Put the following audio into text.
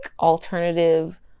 alternative